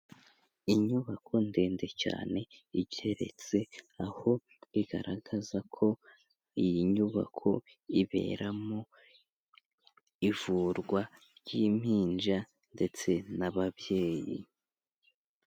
Inyubako ndende cyane igeretse aho igaragaza ko iyi nyubako iberamo ivurwa ry'impinja ndetse n'ababyeyi.